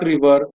River